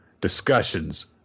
discussions